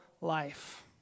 life